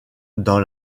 dans